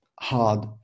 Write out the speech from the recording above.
hard